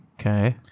okay